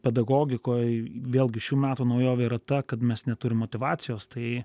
pedagogikoj vėlgi šių metų naujovė yra ta kad mes neturim motyvacijos tai